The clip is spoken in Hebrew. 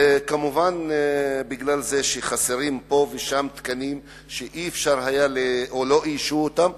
זה כמובן מפני שחסרים פה ושם תקנים שלא היה אפשר או לא איישו אותם.